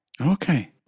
Okay